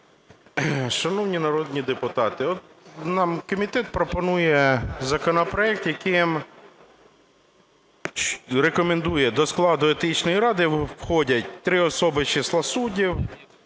Шановні народні депутати, от нам комітет пропонує законопроект, яким рекомендує: до складу Етичної ради входять три особи з числа суддів,